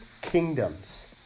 kingdoms